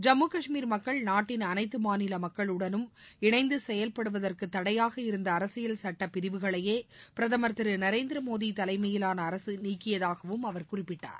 ஜம்மு காஷ்மீர் மக்கள் நாட்டின் அனைத்து மாநில மக்களுடனும் இணைந்து செயல்படுவதற்கு தடையாக இருந்த அரசியல் சுட்ட பிரிவுகளையே பிரதம் திரு நரேந்திர மோடி தலைமையிலான அரக நீக்கியதாகவும் அவர் குறிப்பிட்டார்